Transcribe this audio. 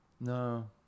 No